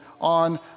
on